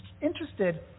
interested